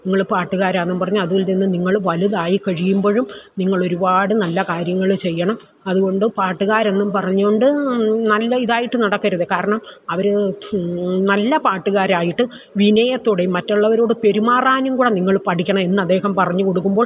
നിങ്ങൾ പാട്ടുകാരാണെന്നും പറഞ്ഞ് അതിൽ നിന്നും നിങ്ങൾ വലുതായിക്കഴിയുമ്പോഴും നിങ്ങളൊരുപാട് നല്ല കാര്യങ്ങൾ ചെയ്യണം അതുകൊണ്ട് പാട്ടുകാരെന്നും പറഞ്ഞുകൊണ്ട് നല്ല ഇതായിട്ട് നടക്കരുത് കാരണം അവർ നല്ല പാട്ടുകാരായിട്ട് വിനയത്തോടേ മറ്റുള്ളവരോട് പെരുമാറാനും കൂടെ നിങ്ങൾ പഠിക്കണം എന്നദ്ദേഹം പറഞ്ഞുകൊടുക്കുമ്പോൾ